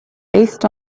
based